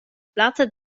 plazza